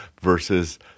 versus